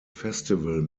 festival